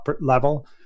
level